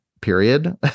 period